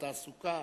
התעסוקה,